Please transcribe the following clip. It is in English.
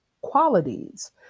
qualities